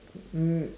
um